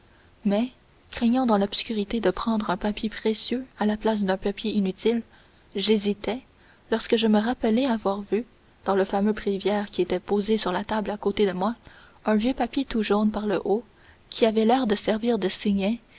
mais craignant dans l'obscurité de prendre un papier précieux à la place d'un papier inutile j'hésitais lorsque je me rappelai avoir vu dans le fameux bréviaire qui était posé sur la table à côté de moi un vieux papier tout jaune par le haut qui avait l'air de servir de signet